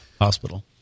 hospital